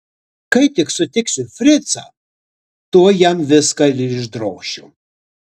kai tik sutiksiu fricą tuoj jam viską ir išdrošiu